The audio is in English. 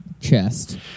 chest